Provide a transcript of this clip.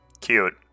Cute